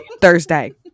thursday